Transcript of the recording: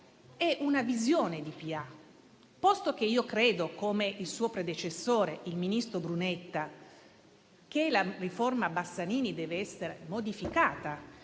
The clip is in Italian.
amministrazione. Posto che io credo, come il suo predecessore, il ministro Brunetta, che la riforma Bassanini debba essere modificata,